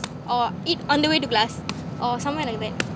or eat on the way to class or somewhere like that